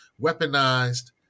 weaponized